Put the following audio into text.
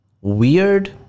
weird